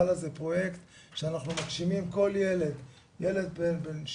זה פרויקט שאנחנו מגשימים, כל ילד, ילד בן 7,